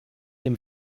dem